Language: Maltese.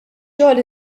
xogħol